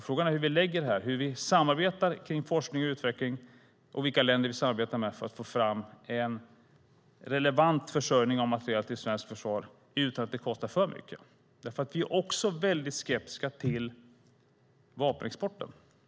Frågan är hur vi samarbetar kring forskning och utveckling och vilka länder vi samarbetar med för att få fram en relevant försörjning av materiel till svenskt försvar utan att det kostar för mycket. Vi är också väldigt skeptiska till vapenexporten.